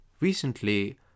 Recently